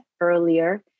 earlier